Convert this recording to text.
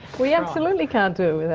we absolutely can't do